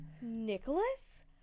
nicholas